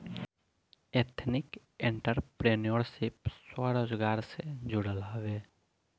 ethnic entrepreneurship स्वरोजगार से जुड़ल हवे